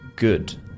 good